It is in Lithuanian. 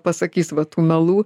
pasakys va tų melų